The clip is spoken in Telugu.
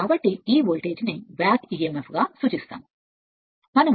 కాబట్టి ఈ వోల్టేజ్ను బ్యాక్ emf emf గా సూచించడం ఆచారం